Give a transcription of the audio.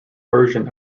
version